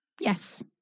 Yes